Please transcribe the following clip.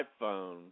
iPhone